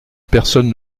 personne